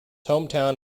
hometown